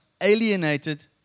alienated